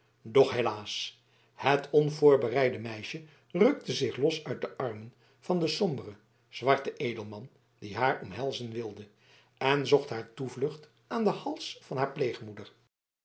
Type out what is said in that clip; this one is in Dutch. helaas het onvoorbereide meisje rukte zich los uit de armen van den somberen zwarten edelman die haar omhelzen wilde en zocht haar toevlucht aan den hals van haar